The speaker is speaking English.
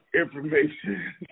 information